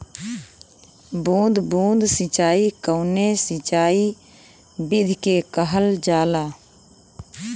बूंद बूंद सिंचाई कवने सिंचाई विधि के कहल जाला?